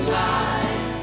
life